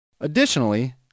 Additionally